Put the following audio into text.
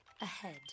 ahead